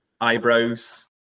eyebrows